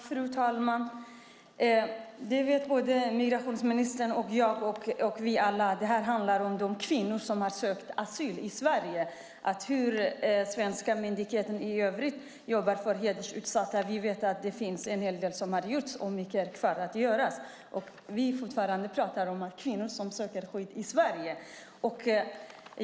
Fru talman! Migrationsministern, jag och vi alla vet att det handlar om de kvinnor som har sökt asyl i Sverige. När det gäller hur svenska myndigheter i övrigt jobbar för dem som är utsatta för hedersrelaterat våld vet vi att en hel del har gjorts men att mycket är kvar att göra. Vi talar fortfarande om kvinnor som söker skydd i Sverige.